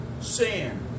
Sin